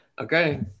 Okay